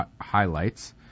highlights